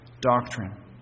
doctrine